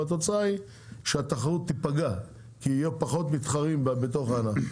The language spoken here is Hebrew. ואז יהיו פחות מתחרים בתוך הענף.